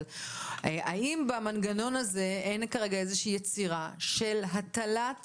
אבל האם במנגנון הזה אין כרגע יצירה של הטלת